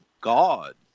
God